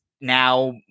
now